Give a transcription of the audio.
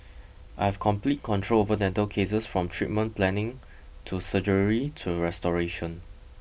I have complete control over dental cases from treatment planning to surgery to restoration